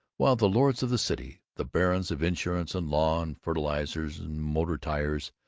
while the lords of the city, the barons of insurance and law and fertilizers and motor tires,